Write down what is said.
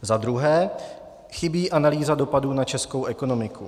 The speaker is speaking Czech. Za druhé, chybí analýza dopadu na českou ekonomiku.